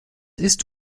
ist